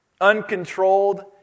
uncontrolled